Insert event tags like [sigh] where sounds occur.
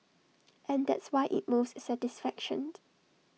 and that's why IT moves satisfaction [unintelligible]